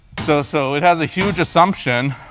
so so it has a huge assumption.